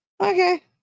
Okay